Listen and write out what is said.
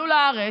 אדלשטיין,